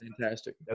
fantastic